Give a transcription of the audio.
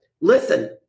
listen